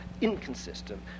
inconsistent